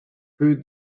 peu